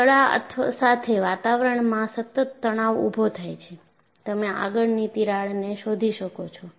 સડા સાથે વાતાવરણમાં સતત તણાવ ઉભો થાય છે તમે આગળની તિરાડને શોધી શકો છો